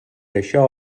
això